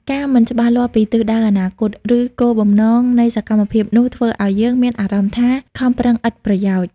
ការមិនច្បាស់លាស់ពីទិសដៅអនាគត ឬគោលបំណងនៃសកម្មភាពនោះ ធ្វើឲ្យយើងមានអារម្មណ៍ថាខំប្រឹងឥតប្រយោជន៍។